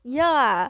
yeah